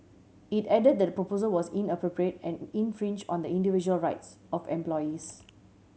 it add that the proposal was inappropriate and infringe on the individual rights of employees